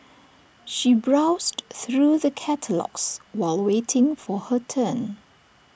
she browsed through the catalogues while waiting for her turn